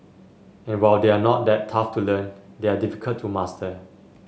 and while they are not that tough to learn they are difficult to master